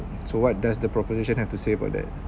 so what does the proposition have to say about that